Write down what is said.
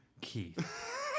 Keith